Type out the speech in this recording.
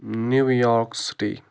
New York city